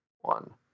one